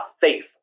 faith